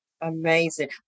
Amazing